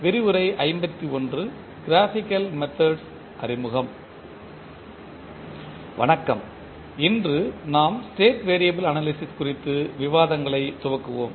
வணக்கம் இன்று நாம் ஸ்டேட் வேரியபில் அனாலிசிஸ் குறித்து விவாதங்களை துவக்குவோம்